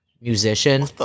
musician